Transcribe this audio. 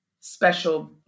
special